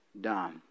done